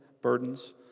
burdens